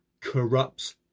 corrupts